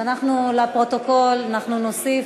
אז אנחנו לפרוטוקול נוסיף,